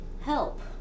help